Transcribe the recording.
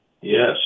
Yes